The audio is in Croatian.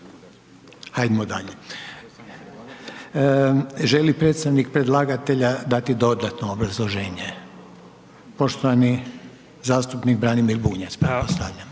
hajdmo dalje. Želi predstavnik predlagatelja dati dodatno obrazloženje? Poštovani zastupnik Branimir Bunjac, pretpostavljam.